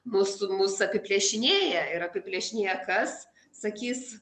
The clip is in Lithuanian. mus mus apiplėšinėja ir apiplėšinėja kas sakys